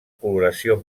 coloració